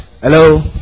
Hello